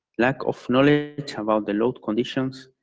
lack of knowledge about the local conditions,